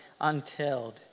untilled